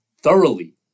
thoroughly